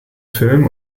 film